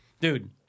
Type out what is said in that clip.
dude